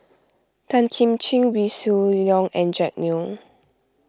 Tan Kim Ching Wee Shoo Leong and Jack Neo